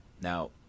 Now